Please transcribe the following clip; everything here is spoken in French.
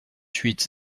huit